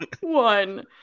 one